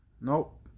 Nope